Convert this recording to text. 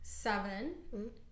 seven